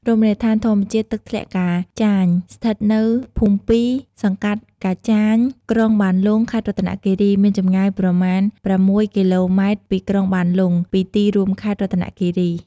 រមណីយដ្ឋានធម្មជាតិ ទឹកធ្លាក់កាចាញស្ថិតនៅភូមិពីរ សង្កាត់កាចាញ ក្រុងបានលុង ខេត្តរតនគិរី មានចំងាយប្រមាណ ប្រាំមួយគីឡូម៉េត្រពីក្រុងបានលុង ពីទីរួមខេត្តរតនគិរី ។